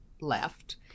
left